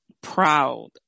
proud